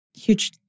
Huge